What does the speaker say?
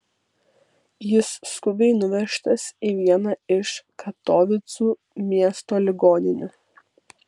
jis skubiai nuvežtas į vieną iš katovicų miesto ligoninių